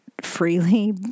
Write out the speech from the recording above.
freely